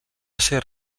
ser